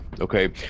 okay